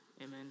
amen